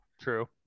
True